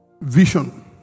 Vision